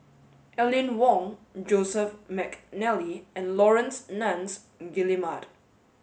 Aline Wong Joseph Mcnally and Laurence Nunns Guillemard